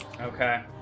Okay